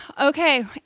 Okay